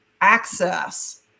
access